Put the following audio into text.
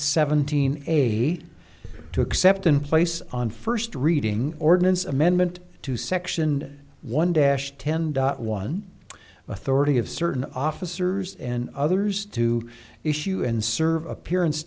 seventeen eight to accept in place on first reading ordinance amendment to section one dash ten dot one authority of certain officers and others to issue and serve appearance